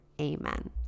Amen